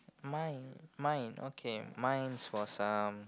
mine mine okay mine is for some